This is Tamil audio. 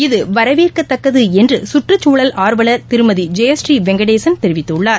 இது வரவேற்கத்தக்கதுஎன்றுகற்றுச்சூழல் ஆர்வலர் திருமதிஜெயபுரீ வெங்கடேசன் தெரிவித்துள்ளார்